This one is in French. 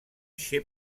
chez